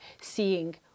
seeing